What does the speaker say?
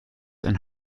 and